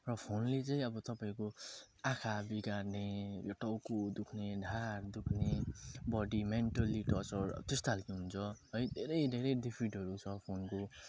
र फोनले चाहिँ अब तपाईँको आँखा बिगार्ने यो टाउको दुख्ने ढाड दुख्ने बोडी मेन्टल्ली टर्चर अब त्यस्तो खालको हुन्छ है धेरै धेरै डिफिटहरू छ फोनको